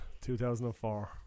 2004